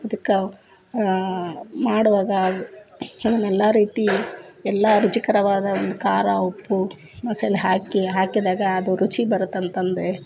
ಇದಕ್ಕೆ ಮಾಡೋವಾಗ ಏನೆಲ್ಲ ರೀತಿ ಎಲ್ಲ ರುಚಿಕರವಾದ ಒಂದು ಖಾರ ಉಪ್ಪು ಮಸಾಲೆ ಹಾಕಿ ಹಾಕಿದಾಗ ಅದು ರುಚಿ ಬರುತ್ತೆ ಅಂತಂದು